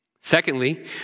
Secondly